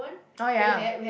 oh ya